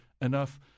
enough